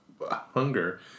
hunger